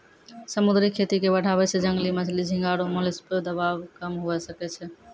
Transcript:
समुद्री खेती के बढ़ाबै से जंगली मछली, झींगा आरु मोलस्क पे दबाब कम हुये सकै छै